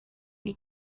die